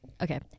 Okay